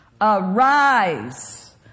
arise